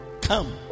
Come